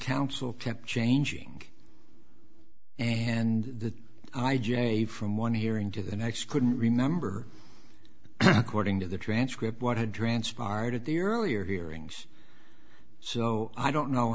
counsel kept changing and the i j from one hearing to the next couldn't remember according to the transcript what had transpired at the earlier hearings so i don't know